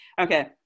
okay